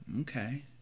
okay